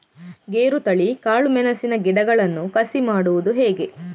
ಗೇರುತಳಿ, ಕಾಳು ಮೆಣಸಿನ ಗಿಡಗಳನ್ನು ಕಸಿ ಮಾಡುವುದು ಹೇಗೆ?